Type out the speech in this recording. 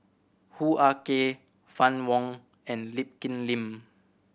Hoo Ah Kay Fann Wong and Lee Kip Lin